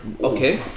Okay